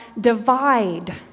divide